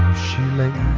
she later